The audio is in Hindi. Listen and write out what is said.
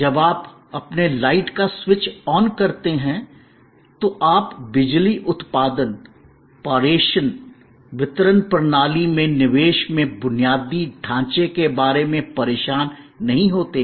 जब आप अपने लाइट का स्विच ऑन करते हैं तो आप बिजली उत्पादन पारेषण वितरण प्रणाली में निवेश में बुनियादी ढांचे के बारे में परेशान नहीं होते हैं